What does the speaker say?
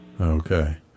Okay